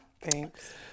Thanks